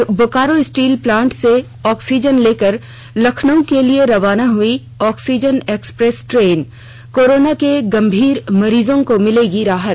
और Bokaro steel plant से oxygen लेकर लखनऊ के लिए रवाना हुई ऑक्सीजन एक्सप्रेस ट्रेन कोरोना के गंभीर मरीजों को मिलेगी राहत